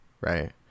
Right